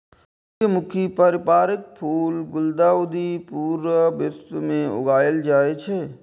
सूर्यमुखी परिवारक फूल गुलदाउदी पूरा विश्व मे उगायल जाए छै